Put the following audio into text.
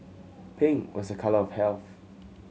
pink was a colour of health